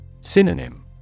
Synonym